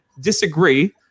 disagree